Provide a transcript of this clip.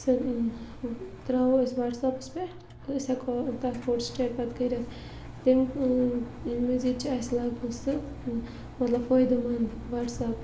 سُہ ترٛاوو أسۍ واٹسیپَس پٮ۪ٹھ أسۍ ہٮ۪کو تَتھ فوٹوسٕٹیٹ پَتہٕ کٔرِتھ تمہِ مٔزیٖد چھُ اَسہِ لگان سُہ مطلب فٲیدٕ مَند وَٹسیپ